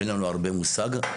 אין לנו הרבה מושג.